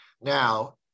Now